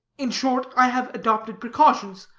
in short, i have adopted precautions.